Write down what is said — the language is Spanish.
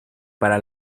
para